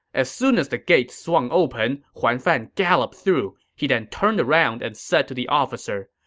as soon as the gates swung open, huan fan galloped through. he then turned around and said to the officer,